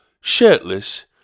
shirtless